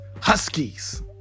Huskies